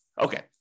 Okay